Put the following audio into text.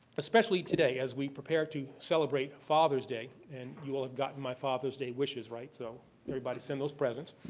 especially today, as we prepare to celebrate father's day and you all have gotten my father's day wishes, right? so everybody, send those presents.